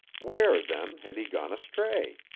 where, then, had he gone astray?